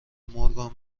مورگان